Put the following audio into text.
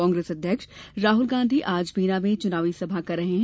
कांग्रेस अध्यक्ष राहुल गांधी आज बीना में चुनावी सभा कर रहे हैं